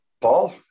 Paul